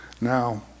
Now